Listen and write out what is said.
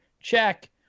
check